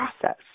process